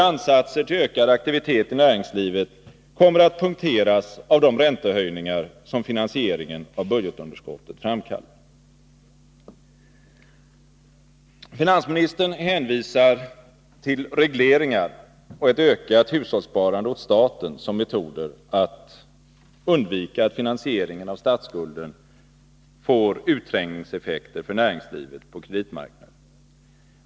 Ansatserna till ökad aktivitet inom näringslivet kommer att punkteras av de räntehöjningar som finansieringen av budgetunderskottet framkallar. Finansministern hänvisar till regleringar och ett ökat hushållssparande till statens förmån som olika metoder för att undvika att finansieringen av statsskulden får utträngningseffekter på kreditmarknaden när det gäller näringslivet.